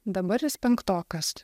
dabar jis penktokas